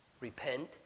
Repent